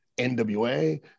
NWA